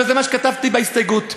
וזה מה שכתבתי בהסתייגות,